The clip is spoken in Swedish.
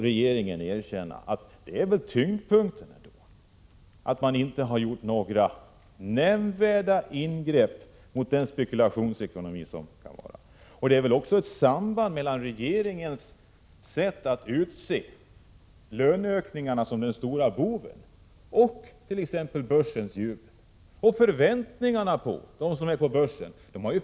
Regeringen kan väl erkänna att man inte har gjort några nämnvärda ingrepp mot spekulationsekonomin. Det finns också ett samband mellan regeringens sätt att utse löneökningarna till den stora boven och t.ex. börsens jubel. På börsen har man i sin tur förväntningar på företagen. Man = Prot.